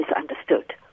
misunderstood